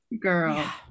girl